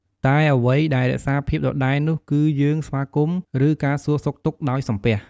តែអ្វីដែលរក្សាភាពដដែលនោះ គឺយើងស្វាគមន៍ ឬការសួរសុខទុក្ខដោយ "សំពះ"។